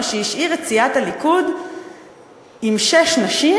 מה שהשאיר את סיעת הליכוד עם שש נשים